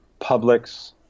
Publix